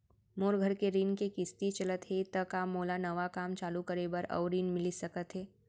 मोर घर के ऋण के किसती चलत हे ता का मोला नवा काम चालू करे बर अऊ ऋण मिलिस सकत हे?